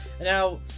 Now